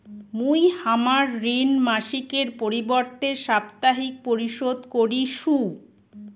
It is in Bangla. মুই হামার ঋণ মাসিকের পরিবর্তে সাপ্তাহিক পরিশোধ করিসু